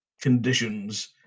conditions